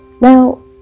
Now